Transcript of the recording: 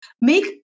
Make